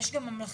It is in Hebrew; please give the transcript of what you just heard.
יש גם ממלכתי?